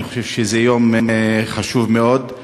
אני חושב שזה יום חשוב מאוד.